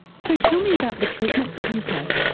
so tell me about the treatment that you've had?